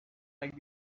like